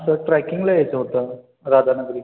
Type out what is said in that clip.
sir ट्रॅकिंगला यायचं होतं राधानगरी